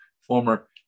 former